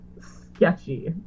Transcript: sketchy